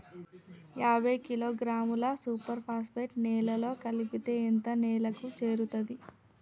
యాభై కిలోగ్రాముల super phosphate నేలలో కలిపితే ఎంత నేలకు చేరుతది?